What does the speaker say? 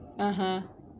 (uh huh)